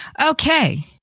Okay